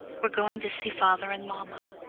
we're going to see father and mamma.